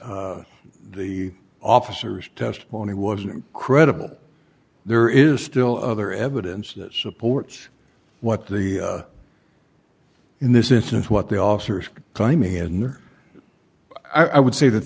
the officers testimony wasn't credible there is still other evidence that supports what the in this instance what the officer climbing in there i would say that